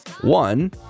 one